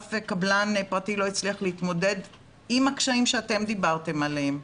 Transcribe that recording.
אף קבלן פרטי לא הצליח להתמודד עם הקשיים שאתם דיברתם עליהם,